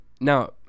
now